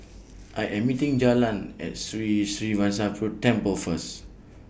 I Am meeting Jalyn At Sri Srinivasa Peru Temple First